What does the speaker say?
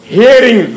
hearing